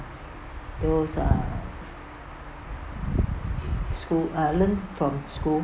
those uh s~ school uh learn from school